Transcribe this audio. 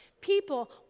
People